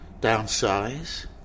downsize